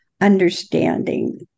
Understanding